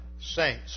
saints